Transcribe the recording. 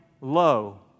low